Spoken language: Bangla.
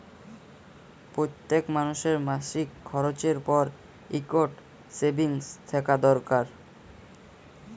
প্যইত্তেক মালুসের মাসিক খরচের পর ইকট সেভিংস থ্যাকা দরকার